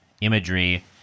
imagery